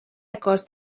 across